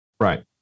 Right